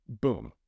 boom